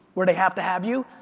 where they have to have you.